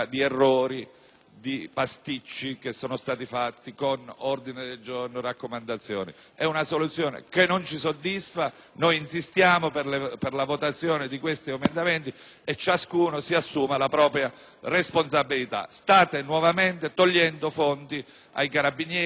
di pasticci compiuti con ordini del giorno, raccomandazioni: è una soluzione che non ci soddisfa. Noi insistiamo per la votazione di questi emendamenti e ciascuno si assuma la propria responsabilità: state nuovamente togliendo fondi ai Carabinieri, alla Polizia,